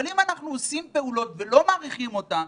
אבל אם אנחנו עושים פעולות ולא מעריכים אותן,